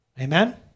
Amen